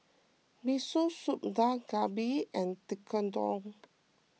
Miso Soup Dak Galbi and Tekkadon